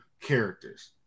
characters